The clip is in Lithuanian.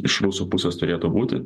iš rusų pusės turėtų būti